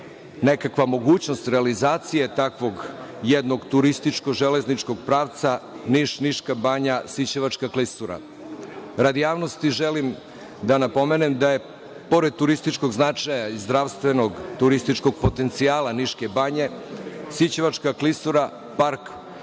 nekakva mogućnost realizacije takvog jednog turističkog železničkog pravca Niš–Niška banja-Sićevačka klisura? Radi javnosti želim da napomenem da je, pored turističkog značaja i zdravstvenog turističkog potencijala Niške banje, Sićevačka klisura park